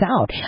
out